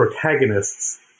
protagonists